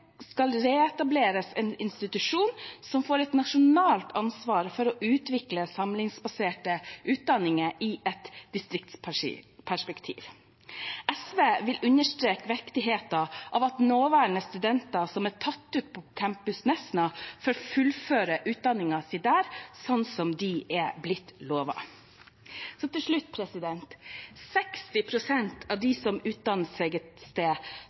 skal reetableres en institusjon som får et nasjonalt ansvar for å utvikle samlingsbaserte utdanninger i et distriktsperspektiv. SV vil understreke viktigheten av at nåværende studenter som er tatt ut på Campus Nesna, får fullføre utdanningen sin der, sånn som de er blitt lovet. Til slutt: 60 pst. av dem som utdanner seg et sted,